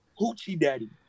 hoochie-daddy